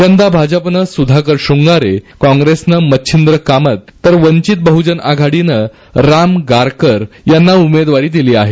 यंदा भाजपने सुधाकर शृंगारे काँग्रेसनं मच्छिंद्र कामत तर वंचित बहुजन आघाडीन राम गारकर यांना उमेदवारी दिली आहे